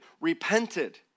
repented